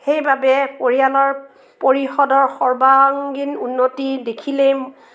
সেইবাবে পৰিয়ালৰ পৰিষদত সৰ্বাংগীন উন্নতি দেখিলেই